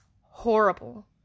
horrible